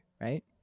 right